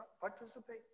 participate